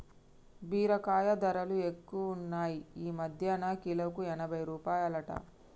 బీరకాయ ధరలు ఎక్కువున్నాయ్ ఈ మధ్యన కిలోకు ఎనభై రూపాయలట